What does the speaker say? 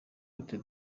côte